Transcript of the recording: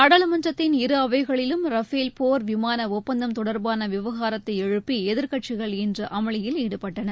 நாடாளுமன்றத்தின் இரு அவைகளிலும் ரபேஃல் போர் விமான ஒப்பந்தம் தொடர்பான விவகாரத்தை எழுப்பி எதிர்க்கட்சிகள் இன்று அமளியில் ஈடுபட்டன